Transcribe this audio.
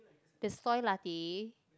the soy latte